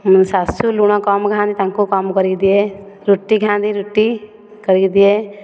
ମୋ ଶାଶୁ ଲୁଣ କମ୍ ଖାନ୍ତି ତାଙ୍କୁ କମ୍ କରିକି ଦିଏ ରୁଟି ଖାନ୍ତି ରୁଟି କରିକି ଦିଏ